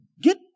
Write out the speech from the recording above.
get